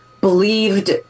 believed